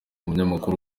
abanyamakuru